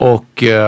Och